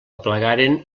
aplegaren